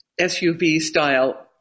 SUV-style